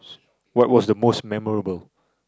what was the most memorable